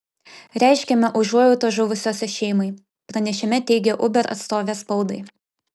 reiškiame užuojautą žuvusiosios šeimai pranešime teigė uber atstovė spaudai